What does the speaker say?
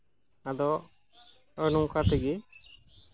ᱟᱫᱚ ᱱᱚᱜᱼᱚᱸᱭ ᱱᱚᱝᱠᱟ ᱛᱮᱜᱮ